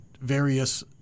various